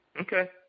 Okay